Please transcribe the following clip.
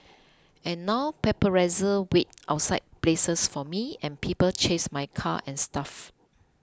and now paparazzi wait outside places for me and people chase my car and stuff